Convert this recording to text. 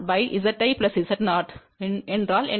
ஜின் என்றால் என்ன